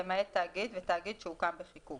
למעט תאגיד ותאגיד שהוקם בחיקוק,